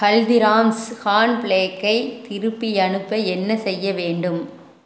ஹல்திராம்ஸ் கான்பிளேக்கை திருப்பி அனுப்ப என்ன செய்ய வேண்டும்